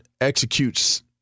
executes